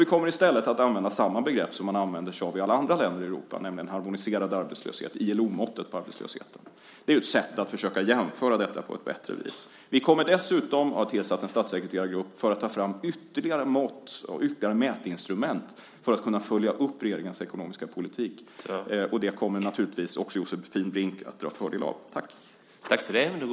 Vi kommer i stället att använda samma begrepp som man använder i alla andra länder i Europa, nämligen harmoniserad arbetslöshet, ILO-måttet på arbetslöshet. Det är ett sätt att försöka jämföra på ett bättre sätt. Vi kommer dessutom att ha tillsatt en statssekreterargrupp för att ta fram ytterligare mätinstrument för att kunna följa upp regeringens ekonomiska politik. Det kommer naturligtvis också Josefin Brink att dra fördel av.